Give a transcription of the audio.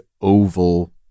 oval